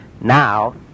Now